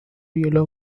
yellow